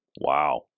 Wow